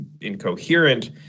incoherent